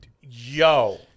Yo